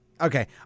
Okay